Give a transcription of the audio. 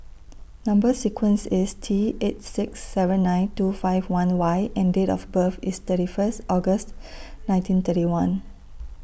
Number sequence IS T eight six seven nine two five one Y and Date of birth IS thirty First August nineteen thirty one